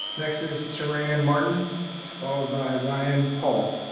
next is taran martin followed by ryan paul.